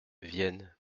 vienne